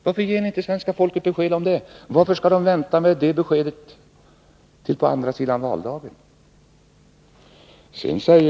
Varför ger ni inte svenska folket besked om detta? Varför skall man vänta på det beskedet till efter valdagen?